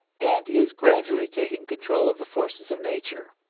and is gradually taking control of the forces of nature.